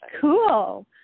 cool